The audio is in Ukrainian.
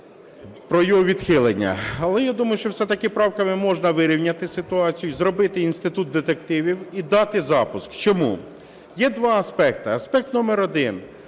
про його відхилення. Але я думаю, що все-таки правками можна вирівняти ситуацію, зробити інститут детективів і дати запуск. Чому? Є два аспекти. Аспект номер один.